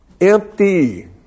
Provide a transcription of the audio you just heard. Empty